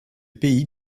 pays